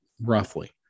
roughly